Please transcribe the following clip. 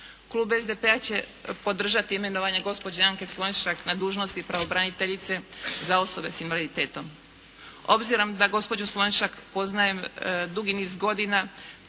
Klub SDP-a će podržati imenovanje gospođe Anke Slonjšak na dužnosti pravobraniteljice za osobe sa invaliditetom. Obzirom da osobu Slonjšak poznajem dugi niz godina,